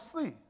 see